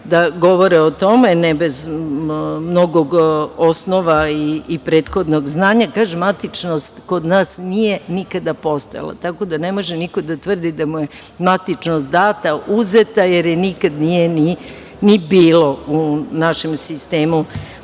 da govore o tome, ne bez osnova i prethodnog znanja. Kažem, matičnost kod nas nije nikad postojala tako da ne može niko da tvrdi da mu je matičnost data, uzeta, jer je nikad nije ni bilo u našem sistemu